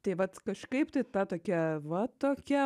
tai vat kažkaip tai ta tokia va tokia